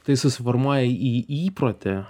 tai susiformuoja į į įprotį